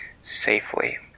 safely